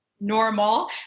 normal